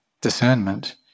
discernment